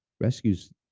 rescues